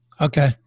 Okay